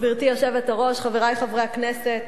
גברתי היושבת-ראש, חברי חברי הכנסת,